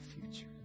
future